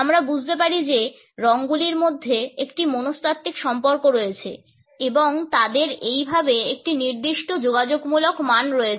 আমরা বুঝতে পারি যে রঙগুলির মধ্যে একটি মনস্তাত্ত্বিক সম্পর্ক রয়েছে এবং তাদের এইভাবে একটি নির্দিষ্ট যোগাযোগমূলক মান রয়েছে